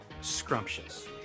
scrumptious